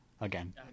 Again